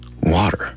water